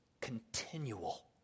continual